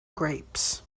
grapes